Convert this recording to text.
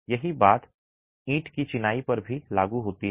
यही बात ईंट की चिनाई पर भी लागू होती है